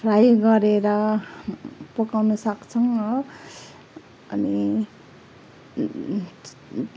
fry गरेर पकाउन सक्छौँ हो अनि